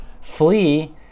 flee